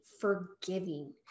forgiving